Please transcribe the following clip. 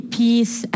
peace